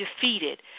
defeated